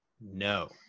no